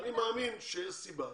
אני מאמין שיש סיבה.